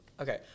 Okay